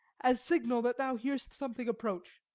as signal that thou hear'st something approach.